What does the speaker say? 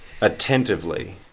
attentively